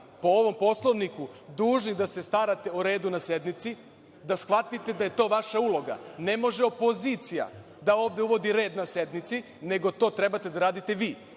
po ovom Poslovniku, dužni da se starate o redu na sednici, da shvatite da je to vaša uloga. Ne može opozicija da ovde uvodi red na sednici, nego to treba da radite vi.